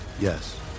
Yes